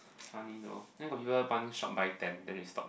funny lor then got people one shot buy ten then they stop